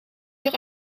uur